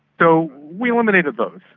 so we eliminated those.